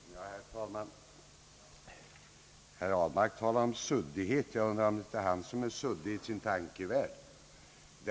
Herr talman! Herr Ahlmark talar om suddighet. Jag undrar om det inte är han som är suddig i sin tankevärld.